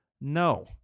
No